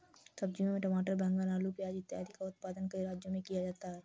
सब्जियों में टमाटर, बैंगन, आलू, प्याज इत्यादि का उत्पादन कई राज्यों में किया जाता है